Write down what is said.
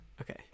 Okay